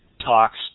Talks